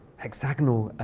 hexagonal